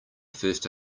first